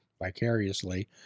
vicariously